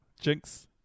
jinx